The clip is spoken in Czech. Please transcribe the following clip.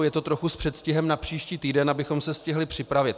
Je to trochu s předstihem na příští týden, abychom se stihli připravit.